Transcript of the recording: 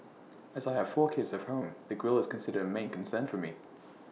as I have four kids at home the grille is considered A main concern for me